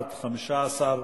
15,